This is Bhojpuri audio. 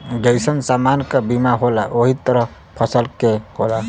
जइसन समान क बीमा होला वही तरह फसल के होला